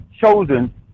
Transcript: chosen